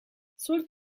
salt